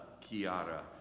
Chiara